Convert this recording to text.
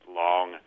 long